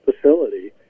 facility